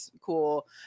cool